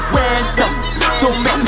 ransom